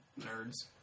nerds